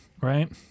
right